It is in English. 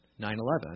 9/11